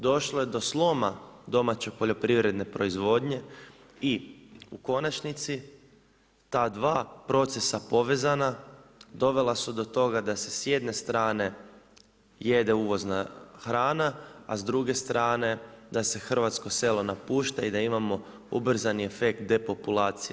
Došlo je do sloma domaće poljoprivredne proizvodnje i u konačnici, ta dva procesa povezana dovela su do toga da se s jedne strane jede uvozna hrana, a s druge strane da se hrvatsko selo napušta i da imamo ubrzani efekt depopulacije.